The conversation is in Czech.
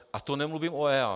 A to nemluvím o EIA.